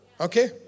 Okay